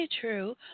true